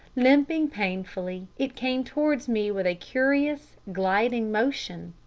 limping painfully, it came towards me with a curious, gliding motion,